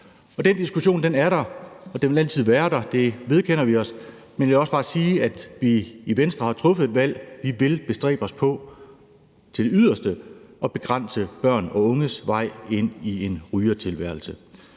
Den diskussion er der, og den vil altid være der, det vedkender vi os, men jeg vil også bare sige, at vi i Venstre har truffet et valg, for vi vil bestræbe os på til det yderste at begrænse børn og unges vej ind i en rygertilværelse.